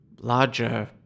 larger